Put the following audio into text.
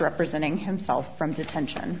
representing himself from detention